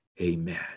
amen